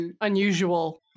unusual